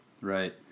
right